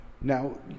Now